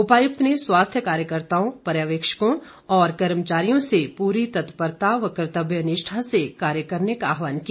उपायुक्त ने स्वास्थ्य कार्यकर्ताओं पर्यवेक्षकों और कर्मचारियों से पूर्ण तत्परता व कर्त्तव्य निष्ठा से कार्य करने का आहवान किया